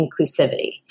inclusivity